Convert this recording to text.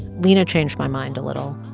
lina changed my mind a little.